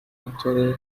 watoreye